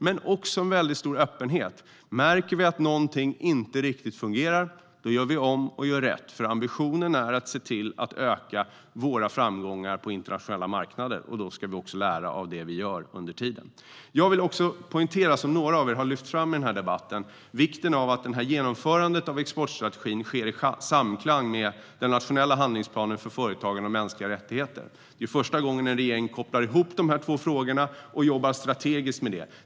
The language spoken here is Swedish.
Det är också en stor öppenhet - märker vi att någonting inte riktigt fungerar gör vi om och gör rätt, för ambitionen är att se till att öka våra framgångar på internationella marknader. Då ska vi också lära av det vi gör under tiden. Som några av er har lyft fram i debatten vill jag också poängtera vikten av att genomförandet av exportstrategin sker i samklang med den nationella handlingsplanen för företagen och mänskliga rättigheter. Det är första gången en regering kopplar ihop de här två frågorna och jobbar strategiskt med det.